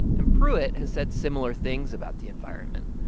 and pruitt has said similar things about the environment.